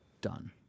done